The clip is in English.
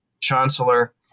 chancellor